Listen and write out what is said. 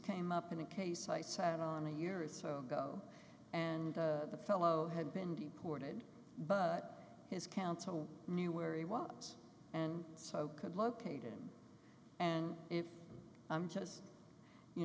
came up in a case i sat on a year or so ago and the fellow had been deported but his counsel knew where he was and so could locate him and i'm just you